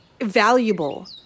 valuable